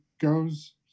goes